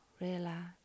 relax